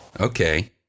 Okay